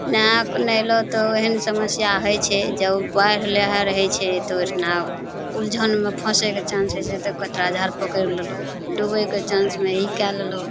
नहाकए नहेलहुँ तऽ ओहेन समस्या हइ छै जब बाढ़ि लहरि रहय छै तऽ ओहिठिना उलझनमे फँसयके चांस हइ छै तऽ झाड़ पकड़ि लेलहुँ डुबयके चांस मे ई कए लेलहुँ